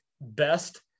best